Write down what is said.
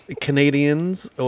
Canadians